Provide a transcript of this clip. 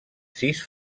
sis